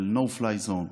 של no fly zone,